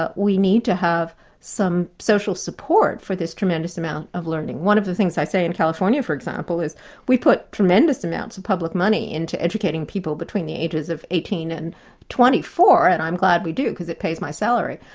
but we need to have some social support for this tremendous amount of learning. one of the things i say in california for example, is we put tremendous amounts of public money into educating people between the ages of eighteen and twenty four and i'm glad we do, because it pays my salary,